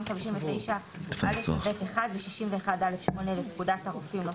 59(א) ו (ב1) ו- 61(א)(8) לפקודת הרופאים ,